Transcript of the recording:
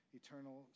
eternal